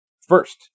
First